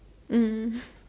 mm